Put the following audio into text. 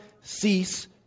cease